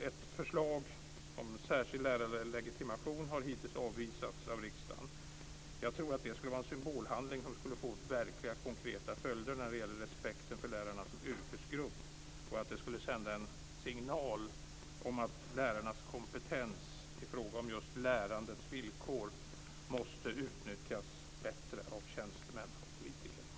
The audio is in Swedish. Ett förslag om särskild lärarlegitimation har hittills avvisats av riksdagen. Jag tror att det skulle vara en symbolhandling som skulle få verkliga, konkreta följder när det gäller respekten för lärarna som yrkesgrupp och att det skulle sända en signal om att lärarnas kompetens i fråga om just lärandets villkor måste utnyttjas bättre av tjänstemän och politiker.